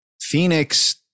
Phoenix